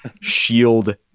shield